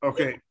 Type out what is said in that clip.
Okay